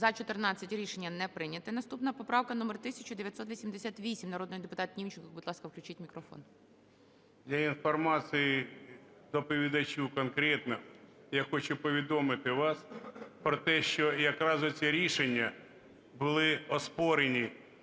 За-14 Рішення не прийнято. Наступна поправка номер 1988. Народний депутат Німченко. Будь ласка, включіть мікрофон. 11:14:31 НІМЧЕНКО В.І. Для інформації доповідачу конкретно. Я хочу повідомити вас про те, що якраз оці рішення були оспорені